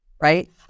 Right